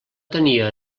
tenia